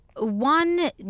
One